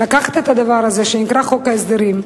לקחת את הדבר שנקרא חוק ההסדרים,